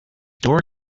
door